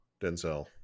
Denzel